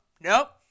nope